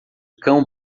cão